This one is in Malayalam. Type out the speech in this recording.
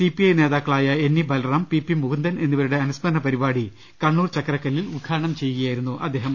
സിപ്പിഐ നേതാക്കളായ N E Balaram P P Mukundan എന്നിവരുടെ അനുസ്മരണ പരിപാടി കണ്ണൂർ ചക്കരക്കല്ലിൽ ഉദ്ഘാട്ടനം ചെയ്യുകയായിരുന്നു കാനം